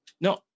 No